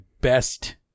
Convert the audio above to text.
best